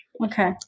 Okay